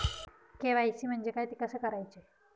KYC म्हणजे काय? ते कसे करायचे?